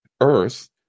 Earth